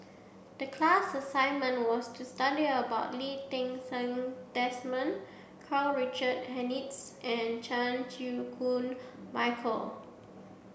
the class assignment was to study about Lee Ti Seng Desmond Karl Richard Hanitsch and Chan Chew Koon Michael